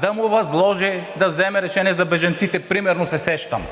Да му възложи да вземе решение за бежанците, примерно се сещам,